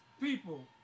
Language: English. people